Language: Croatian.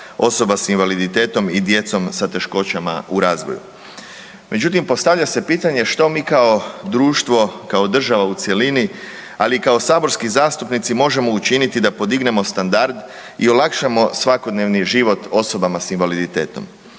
osoba s invaliditetom i djecom sa teškoćama u razvoju. Međutim, postavlja se pitanje što mi kao društvo, kao država u cjelini, ali i kao saborski zastupnici možemo učiniti da podignemo standard i olakšamo svakodnevni život osobama s invaliditetom.